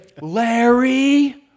Larry